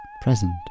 present